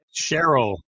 Cheryl